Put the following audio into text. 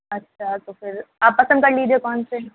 اچھا تو پھر آپ پسند کر لیجیے کون سے